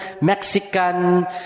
Mexican